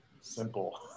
simple